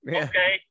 okay